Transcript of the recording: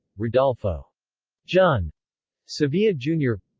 rodolfo jun sevilla, jr.